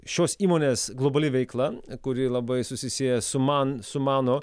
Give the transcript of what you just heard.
šios įmonės globali veikla kuri labai susisieja su man su mano